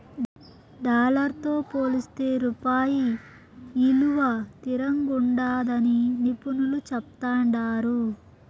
dollar తో పోలిస్తే రూపాయి ఇలువ తిరంగుండాదని నిపునులు చెప్తాండారు